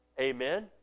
Amen